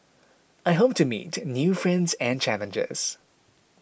I hope to meet new friends and challenges